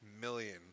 million